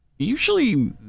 Usually